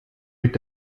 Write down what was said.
mit